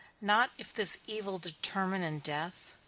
not if this evil determine in death?